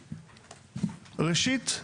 ראשית,